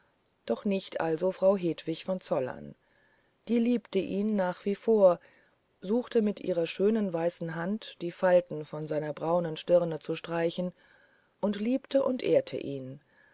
doch nicht also frau hedwig von zollern die liebte ihn nach wie vor suchte mit ihrer schönen weißen hand die falten von seiner braunen stirne zu streichen und liebte und ehrte ihn